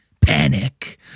Panic